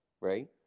Right